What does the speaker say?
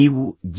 ನೀವು ಜಿ